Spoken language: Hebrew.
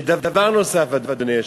ודבר נוסף, אדוני היושב-ראש,